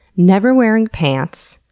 never wearing pants.